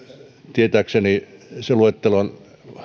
tietääkseni se luettelo on